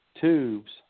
tubes